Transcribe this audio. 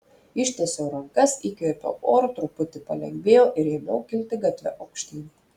ištiesiau rankas įkvėpiau oro truputį palengvėjo ir ėmiau kilti gatve aukštyn